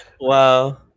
Wow